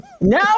now